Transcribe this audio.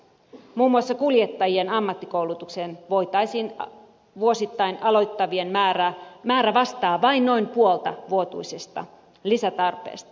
muun muassa kuljettajien ammattikoulutuksen vuosittain aloittavien määrä vastaa vain noin puolta vuotuisesta lisätarpeesta